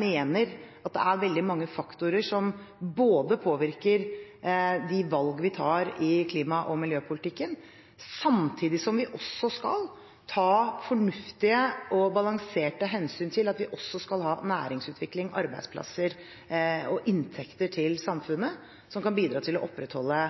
mener at det er veldig mange faktorer som påvirker de valg vi tar i klima- og miljøpolitikken, samtidig som vi skal ta fornuftige og balanserte hensyn til at vi også skal ha næringsutvikling, arbeidsplasser og inntekter til samfunnet, som kan bidra til å opprettholde